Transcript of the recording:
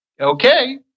okay